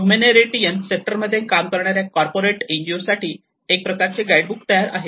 humanitarian sector मध्ये काम करणाऱ्या कॉर्पोरेट एनजीओ साठी एक प्रकारचे गाईड बुक तयार आहे